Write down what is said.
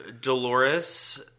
Dolores